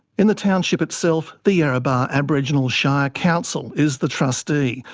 in the township itself, the yarrabah aboriginal shire council is the trustee,